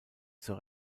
zur